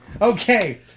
Okay